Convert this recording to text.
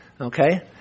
okay